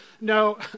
No